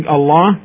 Allah